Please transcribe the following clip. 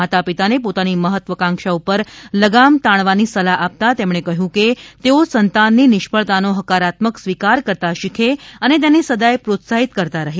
માતપિતાને પોતાની મહત્વાકાંક્ષા ઉપર લગામ તાણવાની સલાહ આપતા તેમણે કહ્યું હતું કે તેઓ સંતાન ની નિષ્ફળતાનો ફકારાત્મક સ્વીકાર કરતાં શીખે અને તેને સદાય પ્રોત્સાહિત કરતાં રહે